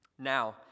Now